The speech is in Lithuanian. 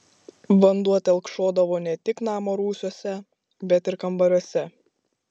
vanduo telkšodavo ne tik namo rūsiuose bet ir kambariuose